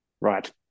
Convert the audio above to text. Right